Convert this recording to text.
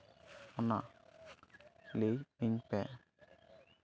ᱚᱱᱟ ᱞᱟᱹᱭᱟᱹᱧ ᱯᱮ